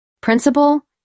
principal